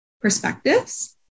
perspectives